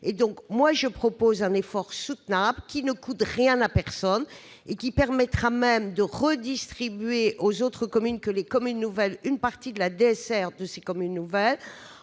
et en Anjou. Je propose un effort soutenable, qui ne coûte rien à personne, et qui permettra même de redistribuer aux autres communes une partie de la DSR de ces communes nouvelles.